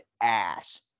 ass